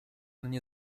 nie